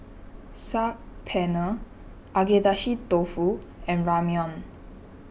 Saag Paneer Agedashi Dofu and Ramyeon